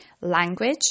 Language